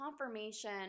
confirmation